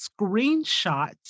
screenshot